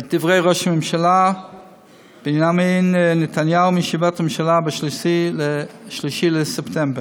את דברי ראש הממשלה בנימין נתניהו מישיבת הממשלה ב-3 בספטמבר,